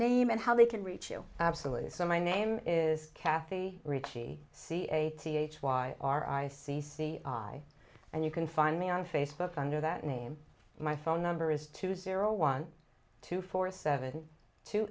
name and how they can reach you absolutely so my name is kathy ritchie c a t h y r i c c i and you can find me on facebook under that name my phone number is two zero one two four seven t